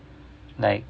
like